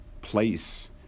place